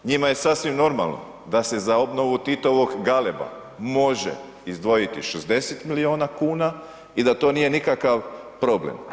Njima je sasvim normalno da se za obnovu Titovog „Galeba“ može izdvojiti 60 milijuna kuna i da to nije nikakav problem.